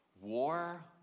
War